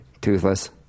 Toothless